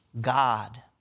God